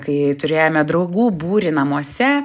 kai turėjome draugų būrį namuose